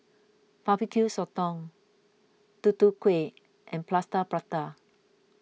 Barbecue Sotong Tutu Kueh and Plaster Prata